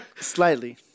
Slightly